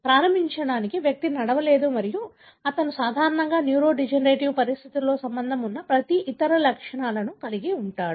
ప్రారంభించడానికి వ్యక్తి నడవలేడు మరియు అతను సాధారణంగా న్యూరోడెజెనరేటివ్ పరిస్థితులతో సంబంధం ఉన్న ప్రతి ఇతర లక్షణాలను కలిగి ఉంటాడు